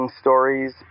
stories